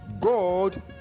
God